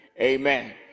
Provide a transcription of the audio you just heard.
Amen